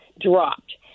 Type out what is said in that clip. dropped